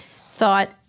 thought